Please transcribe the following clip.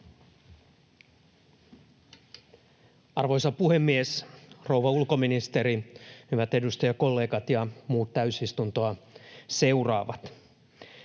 Arvoisa puhemies! Rouva ulkoministeri! Hyvät edustajakollegat ja muut täysistuntoa seuraavat!